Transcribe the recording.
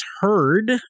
heard